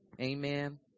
Amen